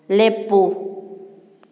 ꯂꯦꯞꯄꯨ